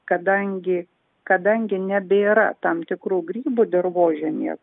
kadangi kadangi nebėra tam tikrų grybų dirvožemyje